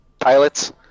pilots